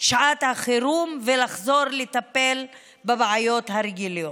שעת החירום ולחזור לטפל בבעיות הרגילות.